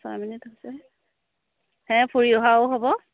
ছয় মিনিট হৈছেহে হে ফুৰি অহাও হ'ব